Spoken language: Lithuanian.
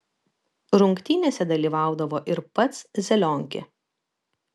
rungtynėse dalyvaudavo ir pats zelionkė